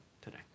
today